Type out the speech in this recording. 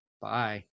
Bye